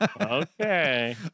Okay